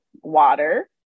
water